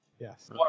Yes